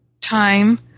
time